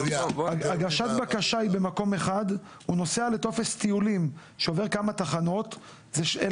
לא יכול להיות ששנה וחצי אדם שרוצה לנסוע לארצות הברית לא מקבל ויזה.